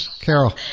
Carol